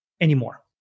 anymore